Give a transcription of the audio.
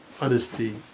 honesty